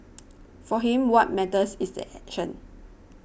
for him what matters is the action